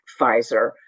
Pfizer